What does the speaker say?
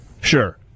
Sure